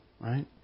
right